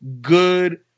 good